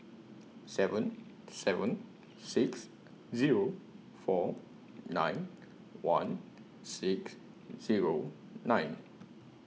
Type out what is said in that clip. seven seven six Zero four nine one six Zero nine